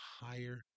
higher